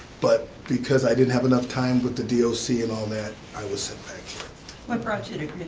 but because i didn't have enough time with the d o c and all that, i was sent back here. what brought you to